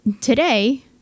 today